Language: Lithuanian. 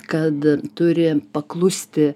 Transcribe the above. kad turi paklusti